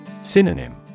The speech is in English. Synonym